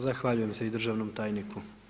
Zahvaljujem se i državnom tajniku.